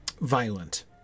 violent